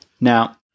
Now